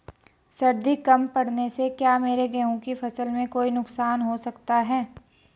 सर्दी कम पड़ने से क्या मेरे गेहूँ की फसल में कोई नुकसान हो सकता है?